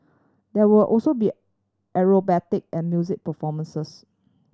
there will also be acrobatic and music performances